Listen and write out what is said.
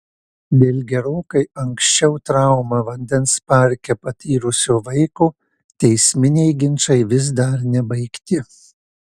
dėl gerokai anksčiau traumą vandens parke patyrusio vaiko teisminiai ginčai vis dar nebaigti